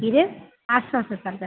କିରେ ଆସ ଆସ